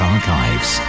Archives